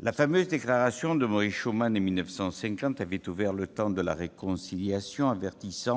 La fameuse déclaration de Robert Schuman, en 1950, avait ouvert le temps de la réconciliation. Schuman avertissait :